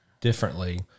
differently